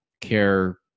care